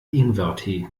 ingwertee